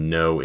no